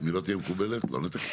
ברור, אם היא לא תהיה מקובלת לא נתקן.